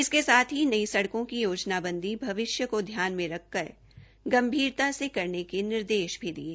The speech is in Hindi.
इसके साथ ही नई सड़कों की योजनाबंदी भविष्य को ध्यान में रखकर गंभीरता से करने के निर्देष भी दिये